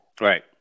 Right